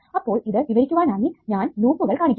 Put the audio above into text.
അപ്പോൾ ഇത് വിവരിക്കുവാനായി ഞാൻ ലൂപ്പുകൾ കാണിക്കാം